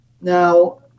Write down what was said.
Now